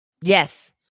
Yes